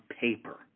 paper